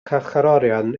carcharorion